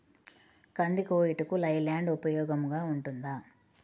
కంది కోయుటకు లై ల్యాండ్ ఉపయోగముగా ఉంటుందా?